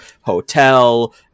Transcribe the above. hotel